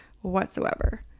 whatsoever